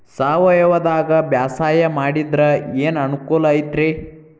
ಸಾವಯವದಾಗಾ ಬ್ಯಾಸಾಯಾ ಮಾಡಿದ್ರ ಏನ್ ಅನುಕೂಲ ಐತ್ರೇ?